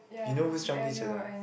you know who is Zhang-Bi-Chen ah